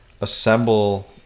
assemble